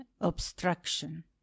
obstruction